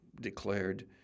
declared